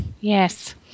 yes